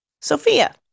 Sophia